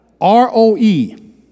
R-O-E